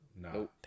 No